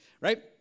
right